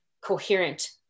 coherent